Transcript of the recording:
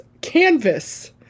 canvas